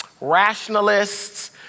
rationalists